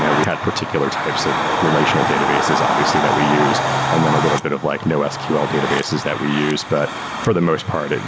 yeah we had particular types of relational databases obviously that we used and then a little bit of like nosql databases that we use. but for the most part,